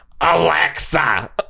Alexa